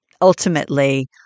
ultimately